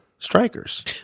strikers